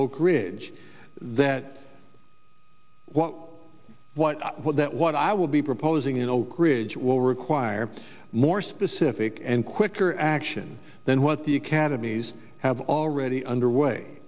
oakridge that what i what that what i will be proposing in oakridge will require more specific and quicker action than what the academies have already underway